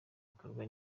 ibikorwa